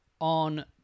on